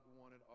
wanted